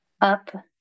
up